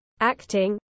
acting